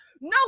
no